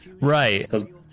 right